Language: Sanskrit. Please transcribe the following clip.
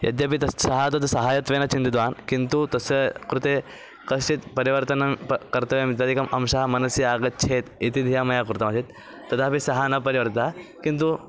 यद्यपि तत् सः तु सहायत्वेन चिन्तितवान् किन्तु तस्य कृते कश्चित् परिवर्तनं प कर्तव्यम् इत्यादिकम् अंशः मनसि आगच्छेत् इति धिया मया कृतमासित् तथापि सः न परिवर्तितः किन्तु